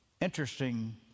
Interesting